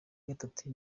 gatatu